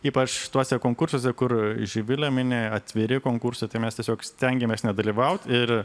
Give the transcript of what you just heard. ypač tuose konkursuose kur živilė mini atviri konkursai tai mes tiesiog stengiamės nedalyvauti ir